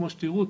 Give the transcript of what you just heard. וכמו שתראו,